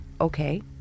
okay